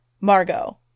Margot